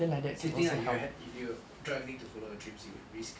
same thing ah you have if you throw everything to follow your dreams you would risk